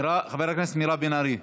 חברת הכנסת מירב בן ארי,